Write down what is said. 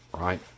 Right